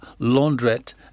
laundrette